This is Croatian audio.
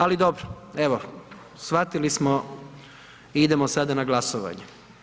Ali dobro, evo shvatili smo i idemo sada na glasovanje.